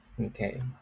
okay